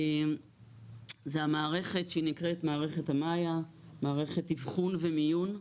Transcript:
זו המערכת שנקראת מערת המאי"ה, מערכת אבחון ומיון,